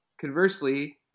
conversely